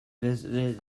visited